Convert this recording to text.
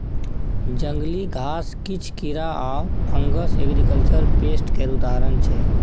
जंगली घास, किछ कीरा आ फंगस एग्रीकल्चर पेस्ट केर उदाहरण छै